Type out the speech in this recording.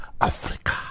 Africa